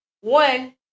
one